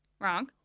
Wrong